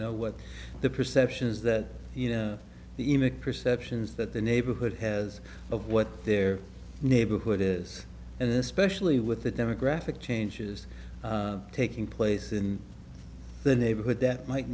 know what the perception is that you know the image perceptions that the neighborhood has of what their neighborhood is and this specially with the demographic changes taking place in the neighborhood that might